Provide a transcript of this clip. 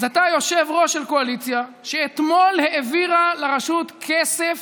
אז אתה יושב-ראש של קואליציה שאתמול העבירה לרשות כסף